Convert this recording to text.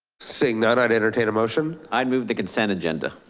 seeing none, i'd entertain a motion. i'd move the consent agenda.